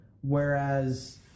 whereas